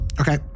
Okay